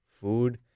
food